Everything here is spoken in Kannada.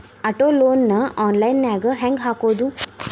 ಆಟೊ ಲೊನ್ ನ ಆನ್ಲೈನ್ ನ್ಯಾಗ್ ಹೆಂಗ್ ಹಾಕೊದು?